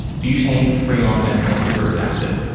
butane, freon and sulphuric acid.